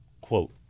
quote